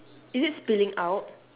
is it spilling out